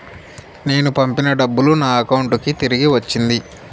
నేను పంపిన డబ్బులు నా అకౌంటు కి తిరిగి వచ్చింది